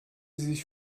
sich